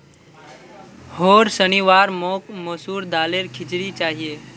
होर शनिवार मोक मसूर दालेर खिचड़ी चाहिए